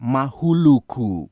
Mahuluku